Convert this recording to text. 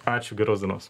ačiū geros dienos